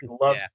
love